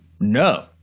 No